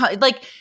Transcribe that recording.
like-